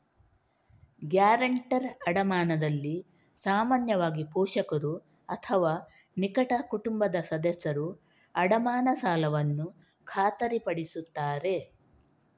guarantor ಅಡಮಾನದಲ್ಲಿ ಸಾಮಾನ್ಯವಾಗಿ, ಪೋಷಕರು ಅಥವಾ ನಿಕಟ ಕುಟುಂಬದ ಸದಸ್ಯರು ಅಡಮಾನ ಸಾಲವನ್ನು ಖಾತರಿಪಡಿಸುತ್ತಾರೆ